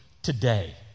Today